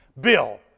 Bill